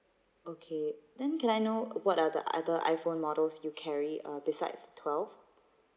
okay then can I know what are the other iPhone models you carry err besides twelve